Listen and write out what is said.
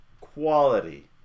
quality